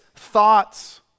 thoughts